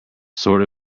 sort